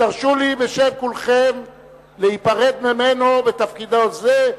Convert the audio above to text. תרשו לי בשם כולכם להיפרד ממנו בתפקידו זה,